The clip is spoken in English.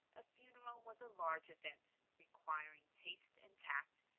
a funeral was a large event, requiring taste and tact,